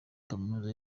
kaminuza